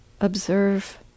observe